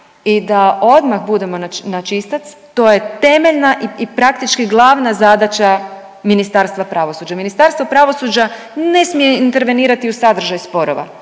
i da odmah budemo na čistac to je temeljna i praktički glavna zadaća Ministarstva pravosuđa. Ministarstvo pravosuđa ne smije intervenirati u sadržaj sporova